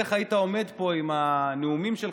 איך היית עומד פה עם הנאומים שלך,